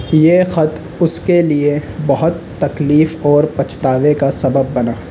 یہ خط اس کے لیے بہت تکلیف اور پچھتاوے کا سبب بنا